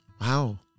Wow